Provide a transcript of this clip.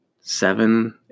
seven